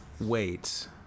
wait